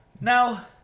Now